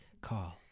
call